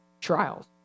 trials